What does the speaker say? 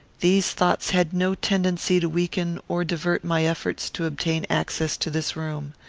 these thoughts had no tendency to weaken or divert my efforts to obtain access to this room.